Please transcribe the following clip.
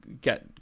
get